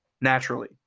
naturally